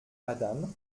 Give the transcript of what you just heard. adam